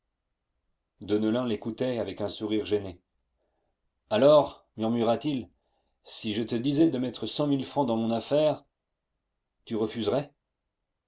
deneulin l'écoutait avec un sourire gêné alors murmura-t-il si je te disais de mettre cent mille francs dans mon affaire tu refuserais